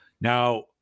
Now